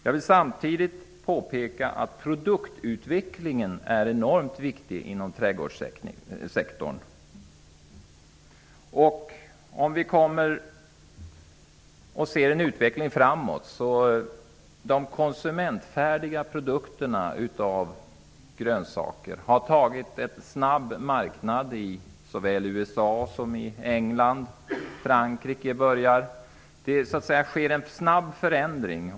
Jag vill samtidigt påpeka att produktutvecklingen inom trädgårdssektorn är utomordentligt viktig. De konsumentfärdiga grönsaksprodukterna har tagit en snabb marknad i såväl USA som England och Frankrike. Det sker en snabb förändring.